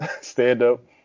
stand-up